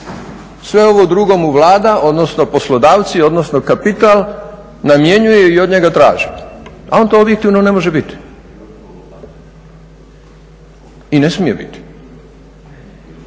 sve ovo drugo mu Vlada odnosno poslodavci, odnosno kapital namjenjuje i od njega traži a on to objektivno ne može biti i ne smije biti,